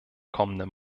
kommenden